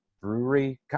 brewery